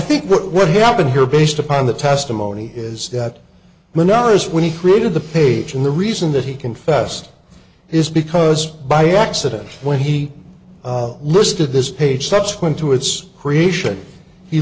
think what happened here based upon the testimony is that manassas when he created the page and the reason that he confessed is because by accident when he listed this page subsequent to its creation he